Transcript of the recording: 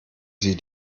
sie